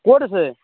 ক'ত আছে